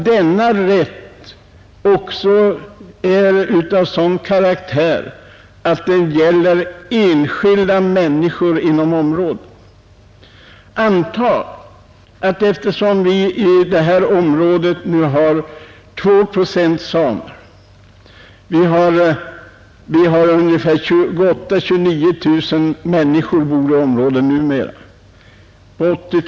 Denna rätt gäller också enskilda människor som bor inom området. I det område det här gäller bor ungefär 28 000 å 29 000 människor och av dessa är ungefär 2 procent samer.